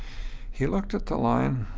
he looked at the line,